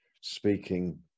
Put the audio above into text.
speaking